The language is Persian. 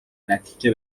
نتیجه